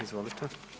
Izvolite.